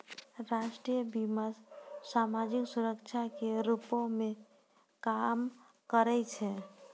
राष्ट्रीय बीमा, समाजिक सुरक्षा के रूपो मे काम करै छै